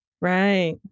Right